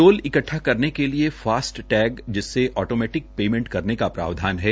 toll इकट्ठा करने के लिए फास्टटैग जिससे ओटोमैटिक पेमेंट करने का प्रावधान है